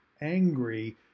angry